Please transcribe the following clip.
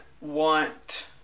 want